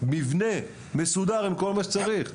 מבנה מסודר, עם כל מה שצריך?